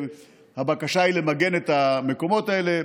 הבקשה היא למגן את המקומות האלה.